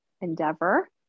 endeavor